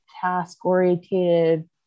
task-oriented